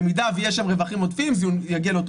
במידה שיש שם רווחים עודפים זה יגיע לאותה